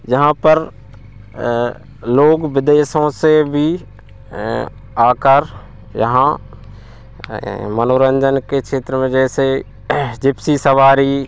जहाँ पर लोग विदेशों से भी आकर यहाँ मनोरंजन के क्षेत्र में जैसे जिप्सी सवारी